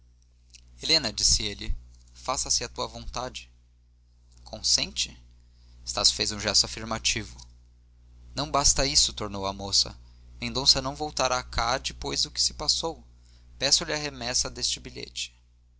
dentro helena disse ele faça-se a tua vontade consente estácio fez um gesto afirmativo não basta isso tornou a moça mendonça não voltará aqui depois do que se passou peço-lhe a remessa dêste bilhete